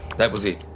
that was it.